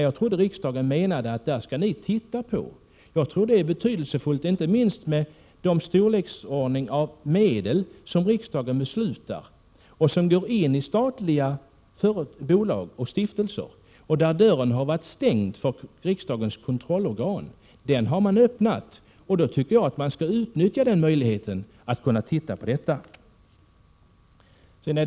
Jag tycker att det är ett betydelsefullt uppdrag, inte minst med tanke på storleksordningen av de medel som riksdagen beslutar om och som går till statliga bolag och stiftelser. Där har dörren varit stängd för riksdagens kontrollorgan, men den har nu öppnats. Då tycker jag att man skall utnyttja möjligheten att se på denna statliga verksamhet.